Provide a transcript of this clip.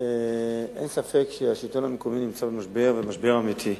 אין ספק שהשלטון המקומי נמצא במשבר, משבר אמיתי,